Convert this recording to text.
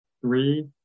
Three